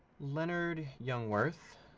leonard. jungwirth,